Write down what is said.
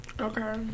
Okay